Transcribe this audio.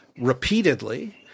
repeatedly